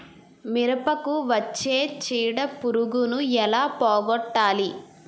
మిరపకు వచ్చే చిడపురుగును ఏల పోగొట్టాలి?